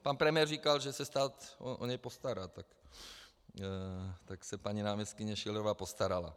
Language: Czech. Pan premiér říkal, že se stát o něj postará, tak se paní náměstkyně Schillerová postarala.